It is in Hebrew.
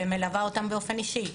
ומלווה אותן באופן אישי.